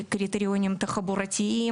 תחבורתיים